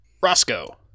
Roscoe